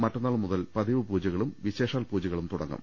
മറ്റന്നാൾ മുതൽ പതിവ് പൂജകളും വിശേഷാൽ പൂജകളും തുടങ്ങും